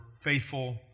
faithful